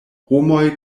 homoj